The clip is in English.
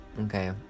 Okay